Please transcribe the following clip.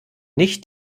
nicht